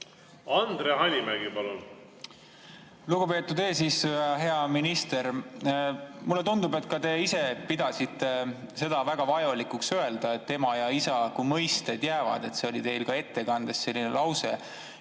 Andre Hanimägi, palun! Lugupeetud eesistuja! Hea minister! Mulle tundub, et ka te ise pidasite seda väga vajalikuks öelda, et ema ja isa kui mõisted jäävad. Teil oli ka ettekandes selline lause.